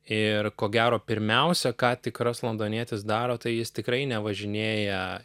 ir ko gero pirmiausia ką tikras londonietis daro tai jis tikrai nevažinėja